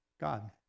God